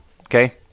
Okay